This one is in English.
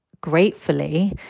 gratefully